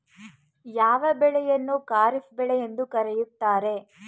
ಯಾವ ಬೆಳೆಯನ್ನು ಖಾರಿಫ್ ಬೆಳೆ ಎಂದು ಕರೆಯುತ್ತಾರೆ?